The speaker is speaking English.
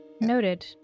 Noted